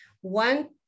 one